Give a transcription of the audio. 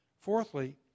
fourthly